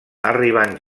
arribant